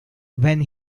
when